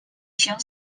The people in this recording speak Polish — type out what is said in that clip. się